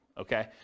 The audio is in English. okay